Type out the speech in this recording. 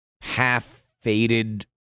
half-faded